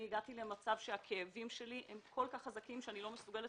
הגעתי למצב שהכאבים שלי הם כל כך חזקים שאני לא מסוגלת